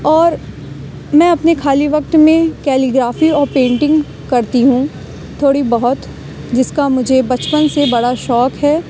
اور میں اپنے خالی وقت میں کیلی گرافی اور پینٹنگ کرتی ہوں تھوڑی بہت جس کا مجھے بچپن سے بڑا شوق ہے